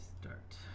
Start